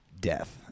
death